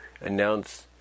announce